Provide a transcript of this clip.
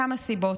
מכמה סיבות: